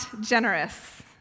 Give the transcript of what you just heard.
generous